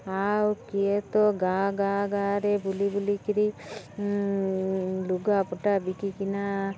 ଆଉ କିଏ ତ ଗାଁ ଗାଁ ଗାଁରେ ବୁଲି ବୁଲିିକିରି ଲୁଗାପଟା ବିକିନା